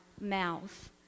mouth